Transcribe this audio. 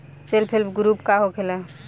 Self help group का होखेला?